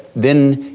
then,